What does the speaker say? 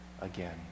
again